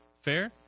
fair